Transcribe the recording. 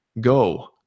Go